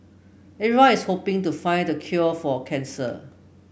everyone is hoping to find the cure for cancer